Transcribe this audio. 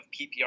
PPR